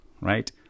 Right